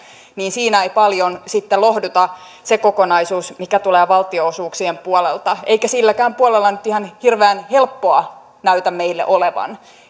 niin siinä ei paljon sitten lohduta se kokonaisuus mikä tulee valtionosuuksien puolelta eikä silläkään puolella nyt ihan hirveän helppoa näytä meillä olevan